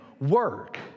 work